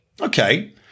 Okay